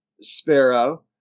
Sparrow